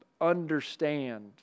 understand